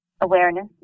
awareness